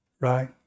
right